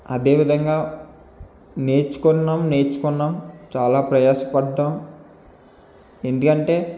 అదే విధంగా నేర్చుకున్నాం నేర్చుకున్నాం చాలా ప్రయాస పడ్డాం ఎందుకంటే